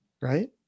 right